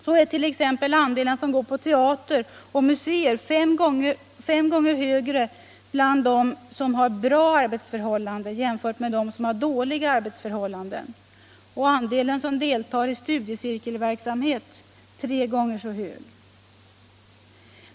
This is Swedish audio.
Så är t.ex. andelen som går på teater och museer fem gånger högre bland dem som har bra arbetsförhållanden jämfört med dem som har dåliga arbetsförhållanden. Andelen som deltar i studiecirkelverksamhet är tre gånger så hög.